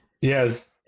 yes